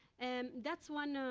and that's when.